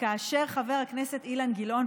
כאשר חבר הכנסת אילן גילאון,